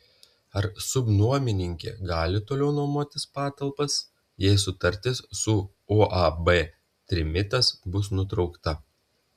ar subnuomininkė gali toliau nuomotis patalpas jei sutartis su uab trimitas bus nutraukta